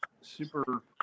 super